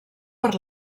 per